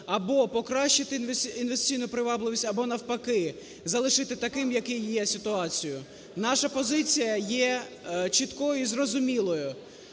або покращити інвестиційну привабливість, або навпаки, залишити такою, яка є ситуація. Наша позиція є чіткою і зрозумілою.